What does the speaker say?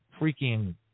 freaking